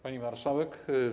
Pani Marszałek!